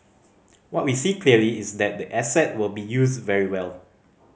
what we see clearly is that the asset will be used very well